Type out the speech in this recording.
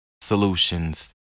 solutions